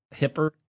hipper